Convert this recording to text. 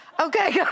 Okay